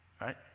right